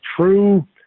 true